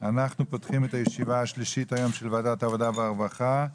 אני מתכבד לפתוח את הישיבה השלישית היום של ועדת העבודה והרווחה.